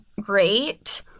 great